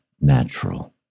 natural